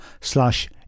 slash